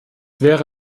wäre